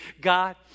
God